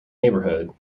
neighborhood